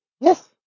Yes